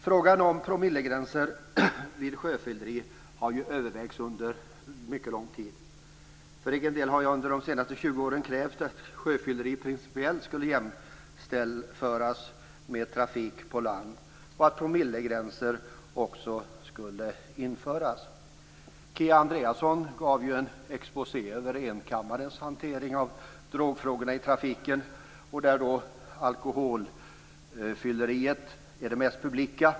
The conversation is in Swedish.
Frågan om promillegränser vid sjöfylleri har ju övervägts under mycket lång tid. För egen del har jag under de senaste 20 åren krävt att fylleri på sjön principiellt skall jämföras med fylleri i trafiken på land och att promillegränser också skall införas. Kia Andreasson gav ju en exposé över Regeringskansliets hantering av frågorna om droger i trafiken; alkoholfylleriet är det mest publika.